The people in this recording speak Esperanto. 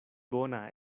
bona